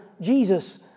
Jesus